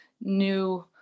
new